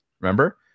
remember